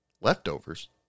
Leftovers